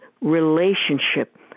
relationship